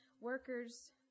workers